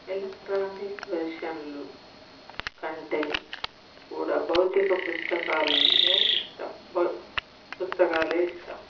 electronic వెర్షన్లు కంటే కూడా భౌతిక పుస్తకాల్లో ఇష్టం పుస్తకాలే ఇష్టం